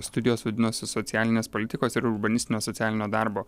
studijos vadinosi socialinės politikos ir urbanistinio socialinio darbo